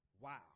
Wow